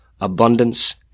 abundance